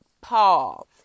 Paul